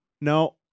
No